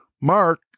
Mark